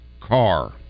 car